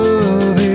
Love